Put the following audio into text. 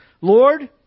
Lord